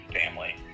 family